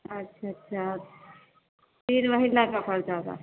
اچھا اچھا تین مہینہ کا خرچہ ہوگا